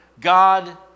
God